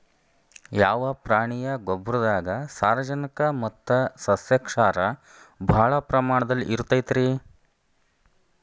ಯಾವ ಪ್ರಾಣಿಯ ಗೊಬ್ಬರದಾಗ ಸಾರಜನಕ ಮತ್ತ ಸಸ್ಯಕ್ಷಾರ ಭಾಳ ಪ್ರಮಾಣದಲ್ಲಿ ಇರುತೈತರೇ?